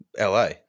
LA